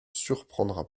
surprendra